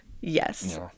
Yes